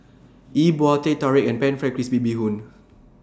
E Bua Teh Tarik and Pan Fried Crispy Bee Hoon